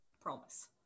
Promise